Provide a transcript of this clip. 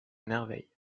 merveille